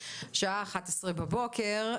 השעה 11:00 בבוקר.